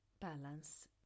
balance